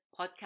Podcast